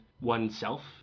oneself